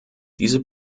diese